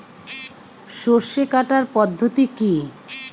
সরষে কাটার পদ্ধতি কি?